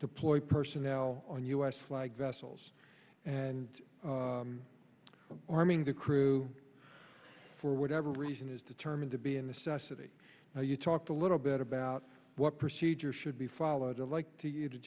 deploy personnel on us like vessels and arming the crew for whatever reason is determined to be a necessity now you talked a little bit about what procedure should be followed like to you to